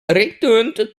returned